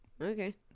Okay